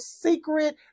secret